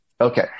Okay